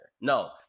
No